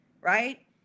Right